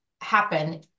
happen